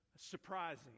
surprising